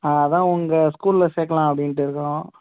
ஆ அதான் உங்கள் ஸ்கூலில் சேர்க்கலாம் அப்படின்ட்டு இருக்குகிறோம்